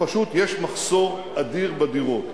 ופשוט יש מחסור אדיר בדירות.